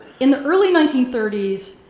in the early nineteen thirty s,